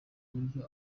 buryo